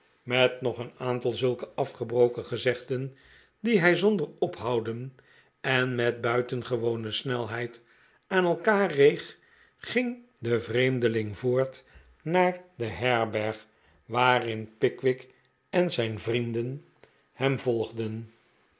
met nog een aantal zulke afgebroken gezegden die hij zonder ophouden en met buitengewone snelheid aan elkander reeg ging de vreemdeling vooruit naar de herberg waarheen pickwick en zijn vrienden hem volgden